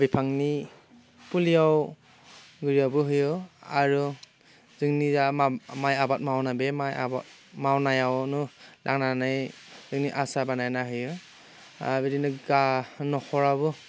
बिफांनि फुलियाव होयो आरो जोंनिया माइ आबाद मावनाय बे आबाद मावनायावनो लांनानै जोंनि हासार बानायना होयो बिदिनो नख'रावबो